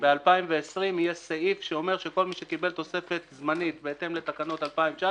ב-2020 יהיה סעיף שאומר שכל מי שקיבל תוספת זמנית בהתאם לתקנות 2019